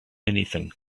anything